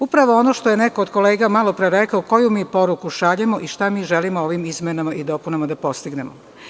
Upravo ono što je neko od kolega malopre rekao – koju mi poruku šaljemo i šta mi želimo ovim izmenama i dopunama da postignemo?